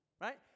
right